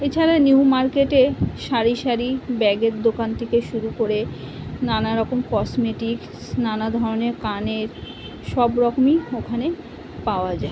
এছাড়া নিউ মার্কেটে সারি সারি ব্যাগের দোকান থেকে শুরু করে নানারকম কসমেটিক্স নানা ধরনের কানের সব রকমই ওখানে পাওয়া যায়